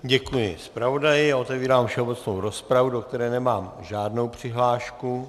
Děkuji zpravodaji a otevírám všeobecnou rozpravu, do které nemám žádnou přihlášku.